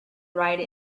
write